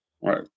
right